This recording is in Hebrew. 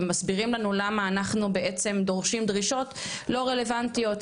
מסבירים לנו למה אנחנו בעצם דורשים דרישות לא רלוונטיות,